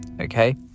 Okay